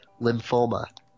lymphoma